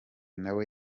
nawe